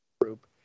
group